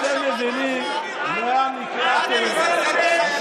אתם מבינים לאן נקלעתם?